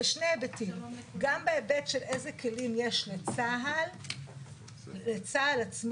בשני היבטים: גם בהיבט של איזה כלים יש לצה"ל עצמו,